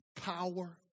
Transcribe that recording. power